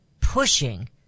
pushing